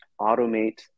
automate